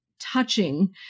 touching